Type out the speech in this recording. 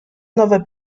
nowe